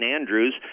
Andrews